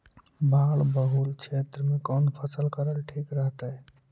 बाढ़ बहुल क्षेत्र में कौन फसल करल ठीक रहतइ?